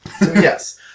Yes